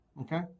Okay